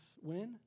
win